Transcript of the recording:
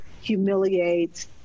humiliate